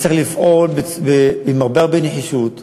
צריך לפעול בנחישות רבה,